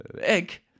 egg